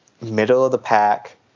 middle-of-the-pack